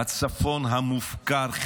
הצפון המופקר.